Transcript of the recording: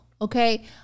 Okay